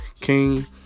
King